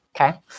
Okay